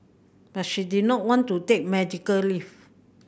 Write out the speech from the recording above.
but she did not want to take medical leave